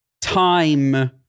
time